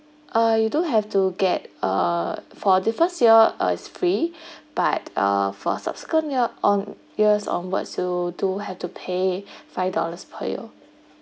uh you do have to get uh for the first year is uh free but uh for subsequent year on years onward you do have to pay five dollars per year